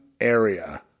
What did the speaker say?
area